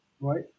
Right